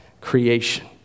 creation